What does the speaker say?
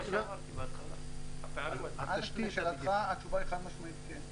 לשאלתך, התשובה היא חד משמעית כן.